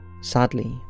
Sadly